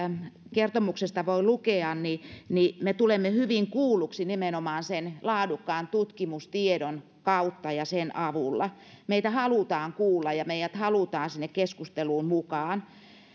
kertomuksesta voi lukea niin niin me tulemme hyvin kuulluiksi nimenomaan sen laadukkaan tutkimustiedon kautta ja sen avulla meitä halutaan kuulla ja meidät halutaan keskusteluun mukaan